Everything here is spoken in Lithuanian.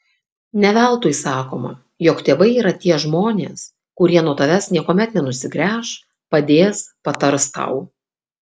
ne veltui sakoma jog tėvai yra tie žmonės kurie nuo tavęs niekuomet nenusigręš padės patars tau